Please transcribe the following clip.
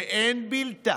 ואין בלתה.